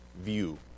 view